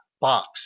box